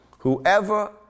Whoever